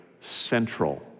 central